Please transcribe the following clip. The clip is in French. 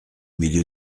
milieu